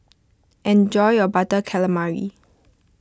enjoy your Butter Calamari